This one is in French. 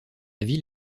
ville